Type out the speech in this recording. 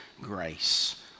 grace